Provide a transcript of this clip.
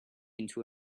into